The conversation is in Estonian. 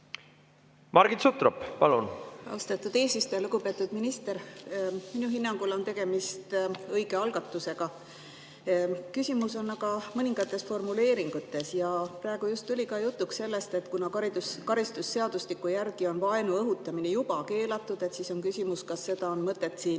Margit Sutrop, palun! Austatud eesistuja! Lugupeetud minister! Minu hinnangul on tegemist õige algatusega. Küsimus on aga mõningates formuleeringutes. Praegu just tuli ka jutuks, et kuna karistusseadustiku järgi on vaenu õhutamine juba keelatud, siis on küsimus, kas seda on mõtet siin